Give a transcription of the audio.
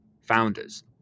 founders